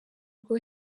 rwo